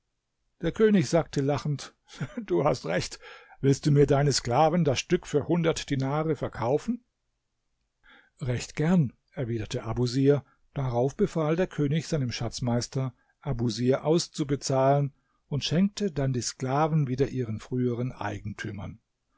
der könig sagte lachend du hast recht willst du mir deine sklaven das stück für hundert dinare verkaufen recht gern erwiderte abusir darauf befahl der könig seinem schatzmeister abusir auszubezahlen und schenkte dann die sklaven wieder ihren früheren eigentümern